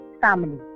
family